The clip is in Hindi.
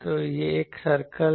तो यह एक सर्कल है